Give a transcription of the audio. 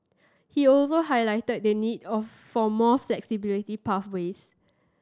he also highlighted the need of for more flexibility pathways